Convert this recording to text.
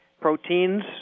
Proteins